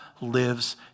lives